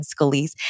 Scalise